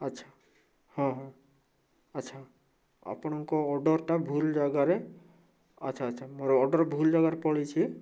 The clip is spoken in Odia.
ଆଛା ହଁ ଆଛା ଆପଣଙ୍କ ଅର୍ଡ଼ର୍ଟା ଭୁଲ ଜାଗାରେ ଆଛା ଆଛା ମୋର ଅର୍ଡ଼ର୍ ଭୁଲ ଜାଗାରେ ପଳେଇଛି